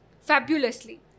fabulously